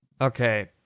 Okay